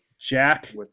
Jack